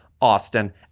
Austin